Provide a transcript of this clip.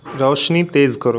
रोशनी तेज़ करो